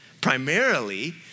primarily